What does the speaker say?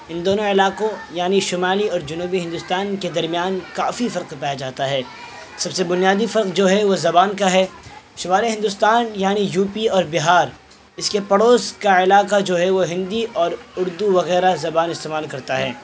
ان دونوں علاقوں یعنی شمالی اور جنوبی ہندوستان کے درمیان کافی فرق پایا جاتا ہے سب سے بنیادی فرق جو ہے وہ زبان کا ہے شمالی ہندوستان یعنی یو پی اور بہار اس کے پڑوس کا علاقہ جو ہے وہ ہندی اور اردو وغیرہ زبان استعمال کرتا ہے